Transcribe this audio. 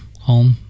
home